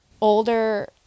older